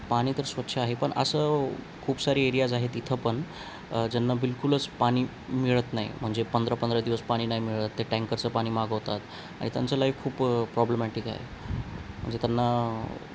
पाणी तर स्वच्छ आहे पण असं खूप सारे एरियाज आहेत तिथं पण ज्यांना बिलकुलच पाणी मिळत नाही म्हणजे पंधरा पंधरा दिवस पाणी नाही मिळत ते टँकरचं पाणी मागवतात आणि त्यांचं लाईफ खूप प्रॉब्लमॅटिक आहे म्हणजे त्यांना